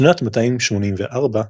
בשנת 284,